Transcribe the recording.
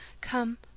Come